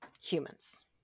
humans